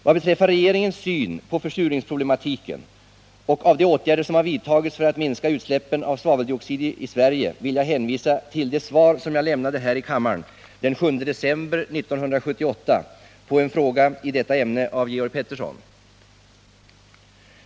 Vad beträffar regeringens syn på försurningsproblematiken och de åtgärder som har vidtagits för att minska utsläppen av svaveldioxid i Sverige vill jag hänvisa till det svar som jag lämnade här i kammaren den 7 december 1978 på en fråga i detta ämne av Georg Pettersson.